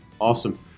Awesome